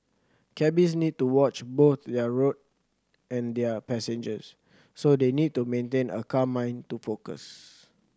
cabbies need to watch both their road and their passengers so they need to maintain a calm mind to focus